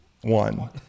one